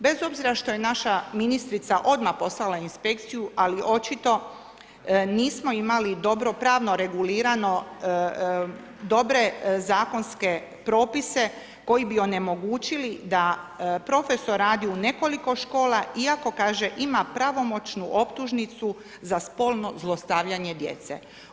Bez obzira što je naša ministrica, odmah poslala inspekciju, ali očito nismo imali dobro pravno regulirano dobre zakonske propise, koji bi onemogućili da profesor radi u nekoliko škola, iako kaže, ima pravomoćnu optužnicu za spolno zlostavljanje djece.